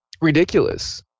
ridiculous